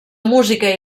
música